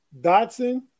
Dotson